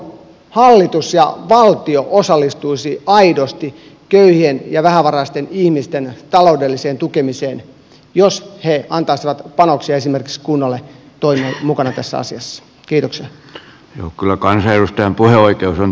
tällä tavoin hallitus ja valtio osallistuisivat aidosti köyhien ja vähävaraisten ihmisten taloudelliseen tukemiseen jos ne antaisivat panoksia esimerkiksi kunnalle toimia mukana tässä asiassa kirsin jukola kansia yhtään puheoikeus on